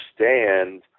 understand